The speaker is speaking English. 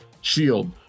shield